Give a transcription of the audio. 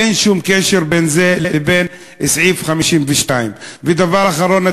אין שום קשר בין זה לבין סעיף 52. ודבר אחרון,